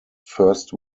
first